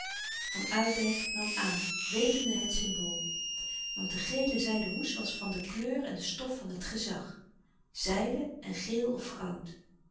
van oudijck nam aan wetende het symbool want de gele zijden hoes was van de kleur en de stof louis couperus de stille kracht van het gezag zijde en geel of goud